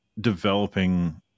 developing